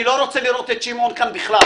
אני לא רוצה לראות את שמעון כאן בכלל,